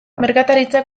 merkataritza